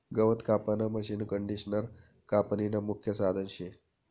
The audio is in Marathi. गवत कापानं मशीनकंडिशनर कापनीनं मुख्य साधन शे